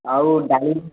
ଆଉ ଡାଳିମ୍ବ